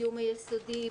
בסיום היסודי,.